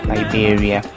Liberia